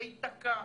זה ייתקע.